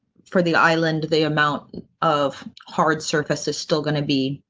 for the island, the amount of hard surface is still going to be.